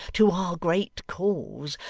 to our great cause,